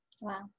wow